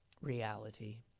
reality